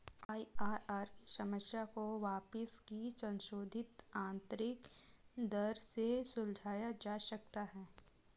IRR की समस्या को वापसी की संशोधित आंतरिक दर से सुलझाया जा सकता है